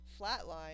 flatline